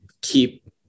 keep